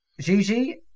Gigi